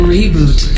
Reboot